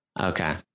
Okay